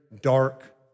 dark